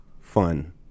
fun